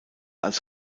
als